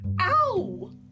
Ow